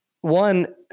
one